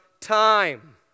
time